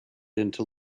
into